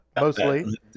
mostly